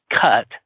cut